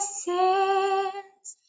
sins